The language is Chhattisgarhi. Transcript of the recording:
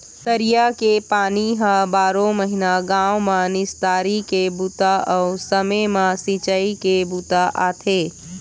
तरिया के पानी ह बारो महिना गाँव म निस्तारी के बूता अउ समे म सिंचई के बूता आथे